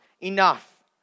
enough